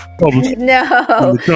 no